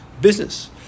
business